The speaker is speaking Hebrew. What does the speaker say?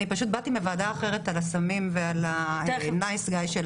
אני פשוט באתי בוועדה אחרת על הסמים ועל הנייס גיא,